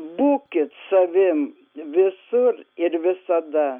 būkit savim visur ir visada